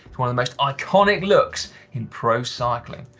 it's one of the most iconic looks in pro cycling.